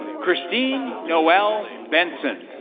christine noelle benson.